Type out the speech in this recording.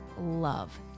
love